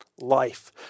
life